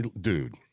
Dude